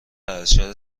ارشد